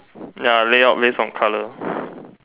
ya lay out based on color